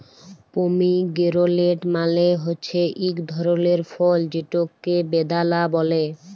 pomegranate মালে হছে ইক ধরলের ফল যেটকে বেদালা ব্যলে